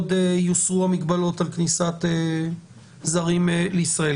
יוסרו המגבלות על כניסת זרים לישראל.